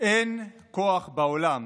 אין כוח בעולם